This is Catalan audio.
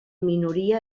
minoria